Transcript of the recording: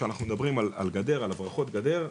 כשאנחנו מדברים על הברחות גדר,